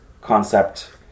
concept